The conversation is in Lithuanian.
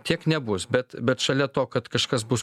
tiek nebus bet bet šalia to kad kažkas bus